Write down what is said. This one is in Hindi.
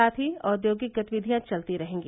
साथ ही औद्योगिक गतिविधियां चलती रहेगी